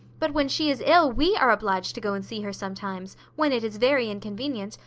but when she is ill we are obliged to go and see her sometimes, when it is very inconvenient,